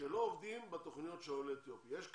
שלא עובדות בתוכניות של עולי אתיופיה, יש כאלה?